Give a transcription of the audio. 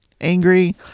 angry